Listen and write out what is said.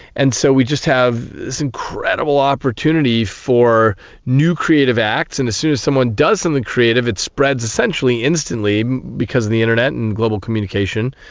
and so we just have this incredible opportunity for new creative acts. and as soon as someone does something creative it spreads essentially instantly because of the internet and global communication.